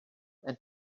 and